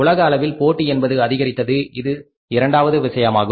உலக அளவில் போட்டி என்பது அதிகரித்தது இது இரண்டாவது விஷயமாகும்